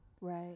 right